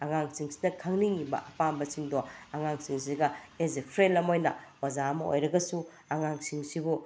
ꯑꯉꯥꯡꯁꯤꯡꯁꯤꯗ ꯈꯪꯅꯤꯡꯏꯕ ꯑꯄꯥꯝꯕꯁꯤꯡꯗꯣ ꯑꯉꯥꯡꯁꯤꯡꯁꯤꯒ ꯑꯦꯁ ꯑꯦ ꯐ꯭ꯔꯦꯟ ꯑꯃ ꯑꯣꯏꯅ ꯑꯣꯖꯥ ꯑꯃ ꯑꯣꯏꯔꯒꯁꯨ ꯑꯉꯥꯡꯁꯤꯡꯁꯤꯕꯨ